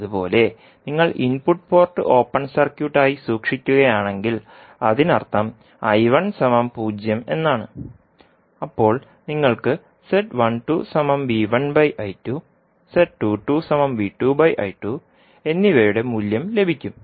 അതുപോലെ നിങ്ങൾ input port open circuit ആയി സൂക്ഷിക്കുകയാണെങ്കിൽ അതിനർത്ഥം 0 എന്നാണ് അപ്പോൾ നിങ്ങൾക്ക് എന്നിവയുടെ മൂല്യം ലഭിക്കും